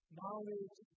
Knowledge